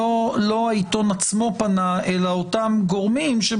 לא העיתון עצמו פנה אלא אותם גורמים.